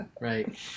Right